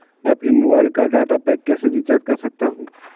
मैं अपने मोबाइल का डाटा पैक कैसे रीचार्ज कर सकता हूँ?